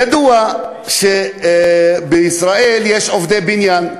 ידוע שבישראל יש עובדי בניין,